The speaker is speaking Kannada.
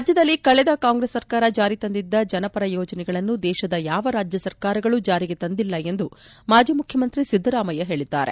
ರಾಜ್ಯದಲ್ಲಿ ಕಳೆದ ಕಾಂಗ್ರೆಸ್ ಸರ್ಕಾರ ಜಾರಿ ತಂದಿದ್ದ ಜನಪರ ಯೋಜನೆಗಳನ್ನು ದೇಶದ ಯಾವ ರಾಜ್ಯ ಸರ್ಕಾರಗಳು ಜಾರಿ ತಂದಿಲ್ಲ ಎಂದು ಮಾಜಿ ಮುಖ್ಯಮಂತ್ರಿ ಸಿದ್ದರಾಮಯ್ಯ ಹೇಳಿದ್ದಾರೆ